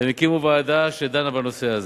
והם הקימו ועדה שדנה בנושא הזה,